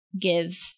give